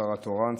שר תורן,